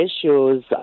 Issues